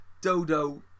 Dodo